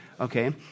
Okay